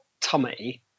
tummy